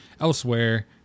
elsewhere